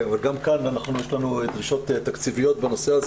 אבל גם כאן יש לנו דרישות תקציביות בנושא.